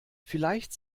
vielleicht